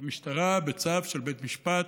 המשטרה פינתה בצו של בית משפט,